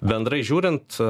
bendrai žiūrint